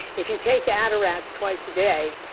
if you take atarax twice a day,